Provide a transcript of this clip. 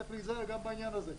צריך להיזהר גם בעניין הזה.